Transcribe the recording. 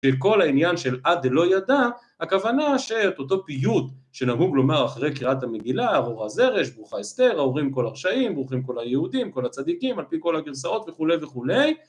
‫שכל העניין של עד דלא ידע, ‫הכוונה שאת אותו פיוט ‫שנהוג לומר אחרי קריאת המגילה, ‫ארורה זרש, ברוכה אסתר, ‫ארורים כל הרשעים, ‫ברוכים כל היהודים, כל הצדיקים, ‫על פי כל הגרסאות וכולי וכולי,